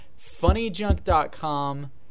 Funnyjunk.com